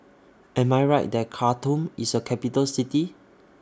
Am I Right that Khartoum IS A Capital City